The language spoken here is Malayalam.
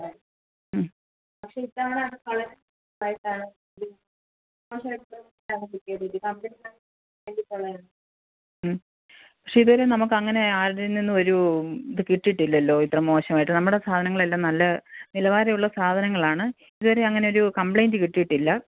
മ് മ് പക്ഷെ ഇതുവരെ നമുക്ക് അങ്ങനെ ആരിൽ നിന്നും ഒരു കിട്ടിയിട്ടില്ലല്ലൊ ഇത്ര മോശമായിട്ട് നമ്മുടെ സാധനങ്ങളെല്ലാം നല്ല നിലവാരമുള്ള സാധനങ്ങളാണ് അങ്ങനൊരു കമ്പ്ലൈൻറ്റ് കിട്ടിയിട്ടില്ല